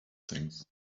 things